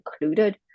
included